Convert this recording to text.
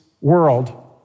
world